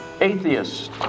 atheists